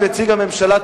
כנציג הממשלה,